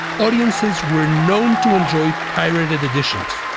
audiences were known to enjoy pirated editions.